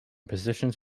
positions